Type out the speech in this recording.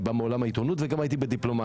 אני בא מעולם העיתונות וגם הייתי בדיפלומטיה.